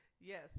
yes